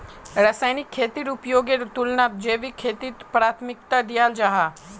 रासायनिक खेतीर उपयोगेर तुलनात जैविक खेतीक प्राथमिकता दियाल जाहा